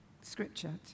scripture